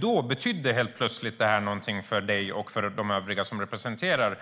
Då betydde nämligen detta någonting för honom och för de övriga som representerar